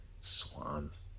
swans